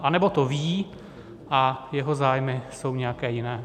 Nebo to ví a jeho zájmy jsou nějaké jiné.